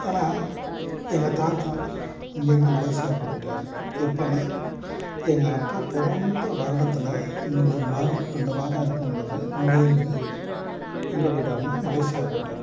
ஏன்னால் எங்கள் தாத்தா இங்கிருந்து மலேசியாவுக்குப் போய்விட்டாரு எப்போனா எங்கள் அப்பா பிறந்த வருடத்தில் இங்கே ஒரு மாதம் ரெண்டு மாதம் இருக்கும் பொழுது இங்கேயிருந்து எங்கே போய்விட்டார்னா மலேசியா போய்விட்டார்